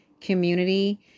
community